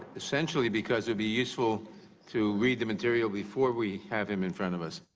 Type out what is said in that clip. essentially, because it'll be useful to read the material before we have him in front of us.